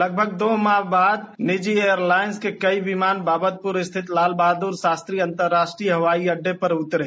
लगभग दो माह बाद निजी एयरलाइंस के कई विमान बाबतपूर स्थित लाल बहादुर शास्त्री अन्तरष्ट्रीय हवाई अड्डे पर उतरे